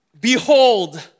Behold